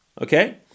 Okay